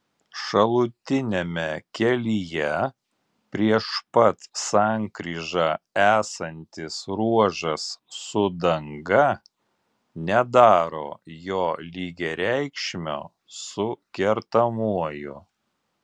šalutiniame kelyje prieš pat sankryžą esantis ruožas su danga nedaro jo lygiareikšmio su kertamuoju